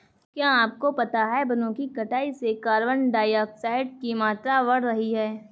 क्या आपको पता है वनो की कटाई से कार्बन डाइऑक्साइड की मात्रा बढ़ रही हैं?